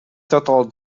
total